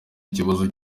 ikibazo